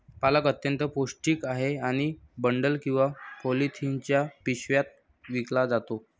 पालक अत्यंत पौष्टिक आहे आणि बंडल किंवा पॉलिथिनच्या पिशव्यात विकला जातो